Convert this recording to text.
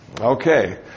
Okay